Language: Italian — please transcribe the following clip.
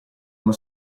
una